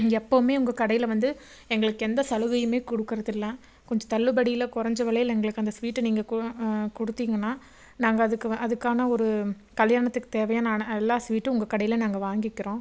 எப்போவுமே உங்கள் கடையில் வந்து எங்களுக்கு எந்த சலுகையுமே கொடுக்கறதில்ல கொஞ்சம் தள்ளுபடியில் குறஞ்ச விலையில எங்களுக்கு அந்த ஸ்வீட்டை நீங்கள் கு கொடுத்திங்கன்னா நாங்கள் அதுக்கு வ அதுக்கான ஒரு கல்யாணத்துக்கு தேவையான அன எல்லா ஸ்வீட்டும் உங்கள் கடையில் நாங்கள் வாங்கிக்கிறோம்